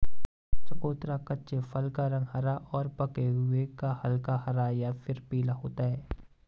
चकोतरा कच्चे फल का रंग हरा और पके हुए का हल्का हरा या फिर पीला होता है